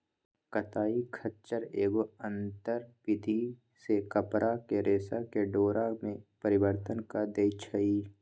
कताई खच्चर एगो आंतर विधि से कपरा के रेशा के डोरा में परिवर्तन कऽ देइ छइ